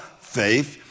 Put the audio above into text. faith